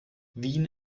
wien